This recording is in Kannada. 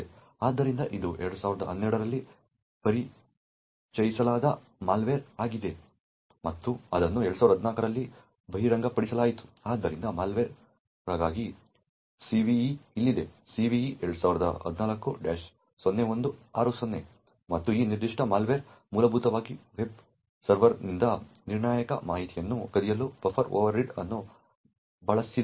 ಆದ್ದರಿಂದ ಇದು 2012 ರಲ್ಲಿ ಪರಿಚಯಿಸಲಾದ ಮಾಲ್ವೇರ್ ಆಗಿತ್ತು ಮತ್ತು ಅದನ್ನು 2014 ರಲ್ಲಿ ಬಹಿರಂಗಪಡಿಸಲಾಯಿತು ಆದ್ದರಿಂದ ಮಾಲ್ವೇರ್ಗಾಗಿ CVE ಇಲ್ಲಿದೆ CVE 2014 0160 ಮತ್ತು ಈ ನಿರ್ದಿಷ್ಟ ಮಾಲ್ವೇರ್ ಮೂಲಭೂತವಾಗಿ ವೆಬ್ ಸರ್ವರ್ನಿಂದ ನಿರ್ಣಾಯಕ ಮಾಹಿತಿಯನ್ನು ಕದಿಯಲು ಬಫರ್ ಓವರ್ರೀಡ್ ಅನ್ನು ಬಳಸಿದೆ